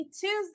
Tuesday